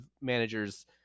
managers